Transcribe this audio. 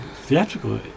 theatrical